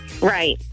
Right